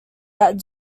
that